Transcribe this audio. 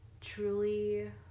truly